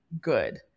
good